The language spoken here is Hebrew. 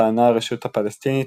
טענה הרשות הפלסטינית,